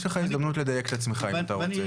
יש לך הזדמנות לדייק את עצמך, אם אתה רוצה.